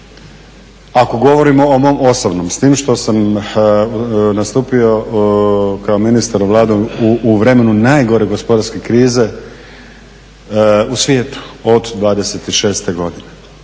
ako govorim o mom osobnom s tim što sam nastupio kao ministar Vlade u vremenu najgore gospodarske krize u svijetu od 26.godine.